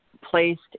placed